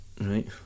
right